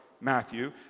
Matthew